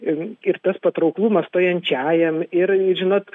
ir ir tas patrauklumas stojančiajam ir žinot